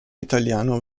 italiano